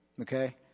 Okay